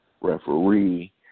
referee